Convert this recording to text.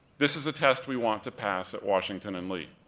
this is a test we want to pass at washington and lee,